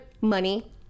money